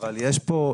אבל יש פה,